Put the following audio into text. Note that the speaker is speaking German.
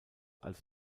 als